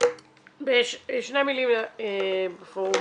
בשתי מילים בפורום